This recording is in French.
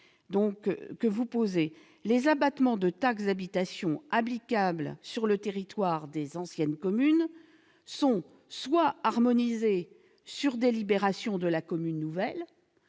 que vous soulevez -, les abattements de taxe d'habitation applicables sur le territoire des anciennes communes sont soit harmonisés sur délibération de la commune nouvelle,